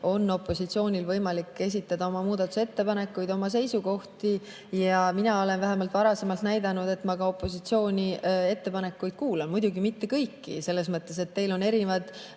opositsioonil võimalik esitada oma muudatusettepanekuid, oma seisukohti. Mina olen vähemalt varasemalt näidanud, et ma opositsiooni ettepanekuid kuulan. Muidugi mitte kõiki, selles mõttes, et teil on erinevad